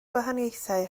gwahaniaethau